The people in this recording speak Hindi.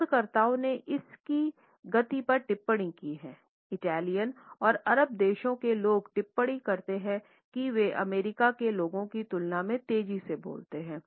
शोधकर्ताओं ने इसकी गति पर टिप्पणी की है इटालियंस और अरब देश के लोग टिप्पणी करते हैं कि वे अमेरिका के लोगों की तुलना में तेजी से बोलते हैं